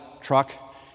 truck